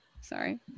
Sorry